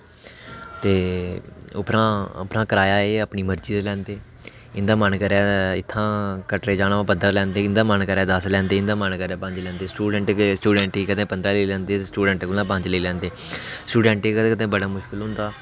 ते उप्परा उप्परा एह् कराया अपनी मर्ज़ी दा लैंदे इं'दा मन करै इत्थूं कटरा जाना होऐ पंदरां लैंदे इं'दा मन होऐ ते दस्स लैंदे इं'दा मन करै पंज लैंदे स्टूडेंट गी कदें पंदरां लेई लैंदे कदें स्टूडेंट कोला पंज लेई लैंदे स्टूडेंट गी कदें कदें बड़ा मुश्कल होंदा